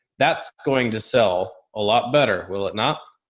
that's going to sell a lot better, will it not?